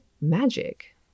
magic